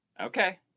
Okay